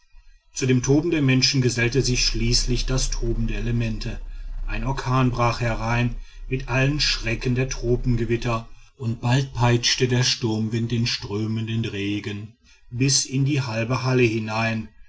zu dem toben der menschen gesellte sich schließlich das toben der elemente ein orkan brach herein mit allen schrecken der tropengewitter und bald peitschte der sturmwind den strömenden regen bis in die halbe halle hinein